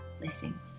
Blessings